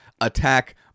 attack